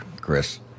Chris